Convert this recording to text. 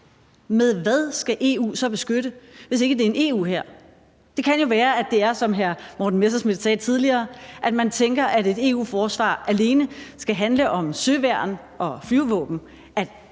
Med hvad skal EU så beskytte, hvis ikke det er en EU-hær? Det kan jo være, at det er, som hr. Morten Messerschmidt sagde tidligere, at man tænker, at et EU-forsvar alene skal handle om søværn og flyvevåben,